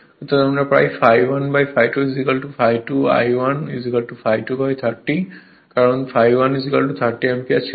এর থেকে আমরা পাই ∅1 ∅ 2 ∅2 I 1 ∅2 30 কারণ ∅ 1 30 অ্যাম্পিয়ার ছিল